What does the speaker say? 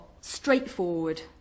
straightforward